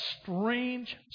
strange